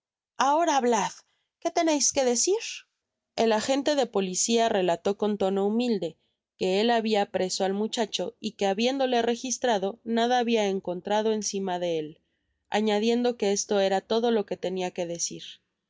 ahora hablad que teneis que decir el agente de policia relató con tono humilde que el habia preso al muchacho y que habiéndole registrado nada habia encontrado encima de él añadiendo que esto era todo lo que tenia que decir